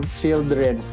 children